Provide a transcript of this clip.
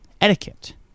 Etiquette